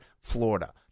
Florida